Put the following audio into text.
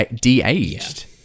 de-aged